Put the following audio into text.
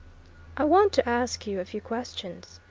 i want to ask you a few questions,